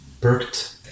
perked